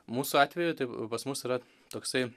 mūsų atveju tai pas mus yra toksai